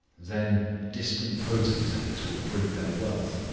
then distant potentates will bring their wealth,